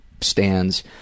stands